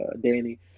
Danny